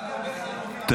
הממשלה תומכת.